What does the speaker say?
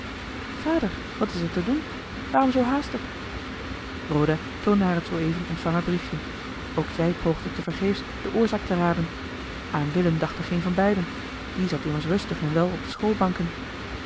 vader wat is er te doen waarom zoo haastig roda toonde haar het zoo even ontvangen briefje ook zij poogde tevergeefs de oorzaak te raden aan willem dachten geen van beiden die zat immers rustig en wel op de schoolbanken